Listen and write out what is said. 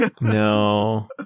No